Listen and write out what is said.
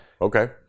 okay